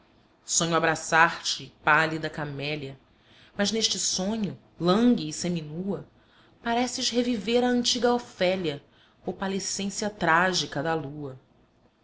sonho abraçar-te pálida camélia mas neste sonho langue e seminua pareces reviver a antiga ofélia opalescência trágica da lua